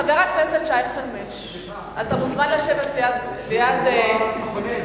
שהיום נמצא במצב של מונופול.